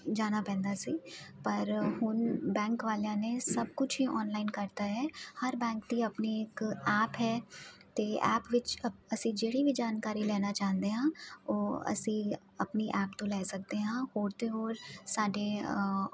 ਜਾਣਾ ਪੈਂਦਾ ਸੀ ਪਰ ਹੁਣ ਬੈਂਕ ਵਾਲਿਆਂ ਨੇ ਸਭ ਕੁਛ ਹੀ ਆਨਲਾਈਨ ਕਰਤਾ ਹੈ ਹਰ ਬੈਂਕ ਦੀ ਆਪਣੀ ਇੱਕ ਐਪ ਹੈ ਅਤੇ ਐਪ ਵਿੱਚ ਅਸੀਂ ਜਿਹੜੀ ਵੀ ਜਾਣਕਾਰੀ ਲੈਣਾ ਚਾਹੁੰਦੇ ਹਾਂ ਉਹ ਅਸੀਂ ਆਪਣੀ ਐਪ ਤੋਂ ਲੈ ਸਕਦੇ ਹਾਂ ਹੋਰ ਤਾਂ ਹੋਰ ਸਾਡੇ